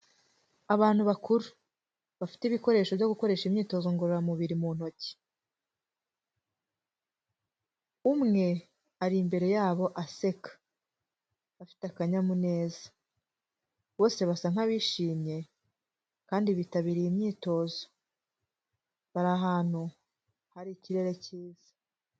Abantu bakuru bafite ibikoresho byo gukoresha imyitozo ngororamubiri mu ntoki, umwe ari imbere yabo aseka, afite akanyamuneza, bose basa nk'abishimye kandi bitabiriye imyitozo, bari ahantu hari ikirere cyiza.